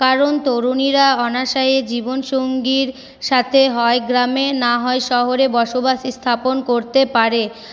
কারণ তরুণীরা অনাসয়ে জীবন সঙ্গীর সাথে হয় গ্রামে না হয় শহরে বসবাস স্থাপন করতে পারে